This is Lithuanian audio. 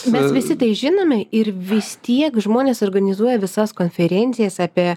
mes visi tai žinome ir vis tiek žmonės organizuoja visas konferencijas apie